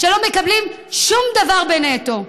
שלא מקבלים שום דבר בנטו?